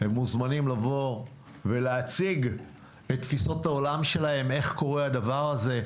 הם מוזמנים לבוא ולהציג את תפיסות העולם שלהם איך קורה הדבר הזה.